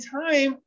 time